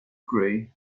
gray